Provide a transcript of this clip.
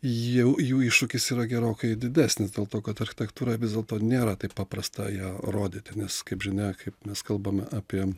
jau jų iššūkis yra gerokai didesnis dėl to kad architektūra vis dėlto nėra taip paprasta ją rodyti nes kaip žinia kaip mes kalbame apie